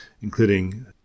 including